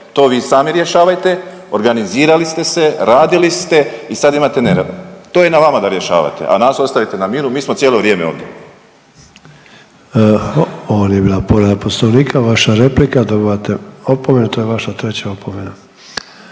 to vi sami rješavajte, organizirali ste se, radili ste i sad imate nered, to je na vama da rješavate, a nas ostavite na miru, mi smo cijelo vrijeme ovdje. **Sanader, Ante (HDZ)** Ovo nije bila povreda poslovnika, vaša replika, dobivate opomenu, to je vaša treća opomena.